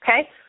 Okay